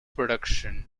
production